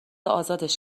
ازادش